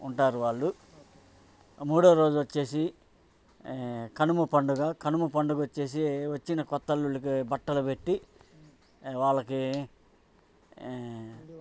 ఉంటారు వాళ్ళు మూడవ రోజు వచ్చి కనుమ పండుగ కనుమ పండుగ వచ్చి వచ్చిన కొత్త అల్లుళ్ళకి బట్టలు పెట్టి వాళ్ళకి